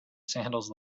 sandals